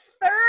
third